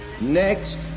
next